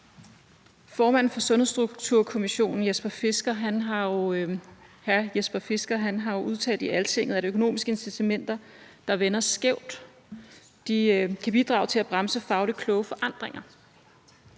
Formanden for Sundhedsstrukturkommissionen, Jesper Fisker, har jo udtalt i Altinget, at økonomiske incitamenter, der vender skævt, kan bidrage til at bremse fagligt kloge forandringer.